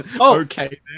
Okay